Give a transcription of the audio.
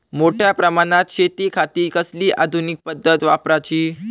मोठ्या प्रमानात शेतिखाती कसली आधूनिक पद्धत वापराची?